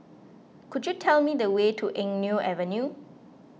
could you tell me the way to Eng Neo Avenue